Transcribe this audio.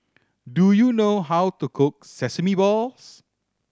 do you know how to cook sesame balls